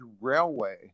railway